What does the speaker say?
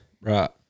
Right